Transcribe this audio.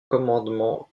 commandement